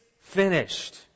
finished